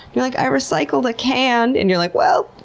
you're like, i recycled a can. and you're like, well